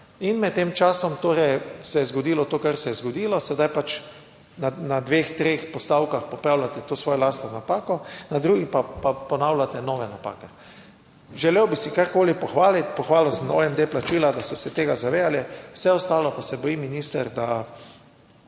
in med tem časom torej se je zgodilo to, kar se je zgodilo, sedaj pač na dveh, treh postavkah popravljate to svojo lastno napako, na drugi pa ponavljate nove napake. Želel bi si karkoli pohvaliti. Pohvalil sem OMD plačila, da so se tega zavedali, vse ostalo pa se bojim minister, da